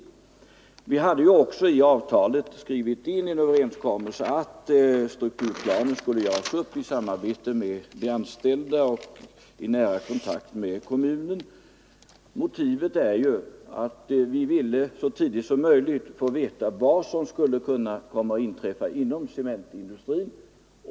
Tisdagen den Vi hade också i avtalet skrivit in en överenskommelse om att struk 12 november 1974 turplanen skulle göras upp i samarbete med de anställda och i nära kontakt med kommunen. Motivet härför var att vi så tidigt som möjligt ville Ang. säkerhetsbefå veta vad som skulle komma att inträffa inom cementindustrin.